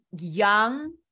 young